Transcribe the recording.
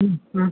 മ് ആ